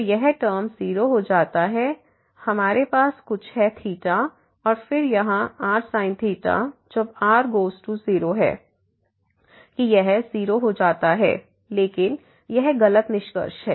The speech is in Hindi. तो यह टर्म 0 हो जाता है हमारे पास कुछ है है और फिर यहाँ rsin जब r→0 कि यह 0 हो जाता है लेकिन यह गलत निष्कर्ष है